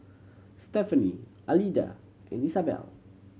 Stefani Alida and Isabel